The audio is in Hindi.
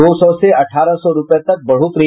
दो सौ से अठारह सौ रूपये तक बढ़ोतरी